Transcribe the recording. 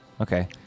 Okay